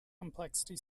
complexity